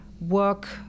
work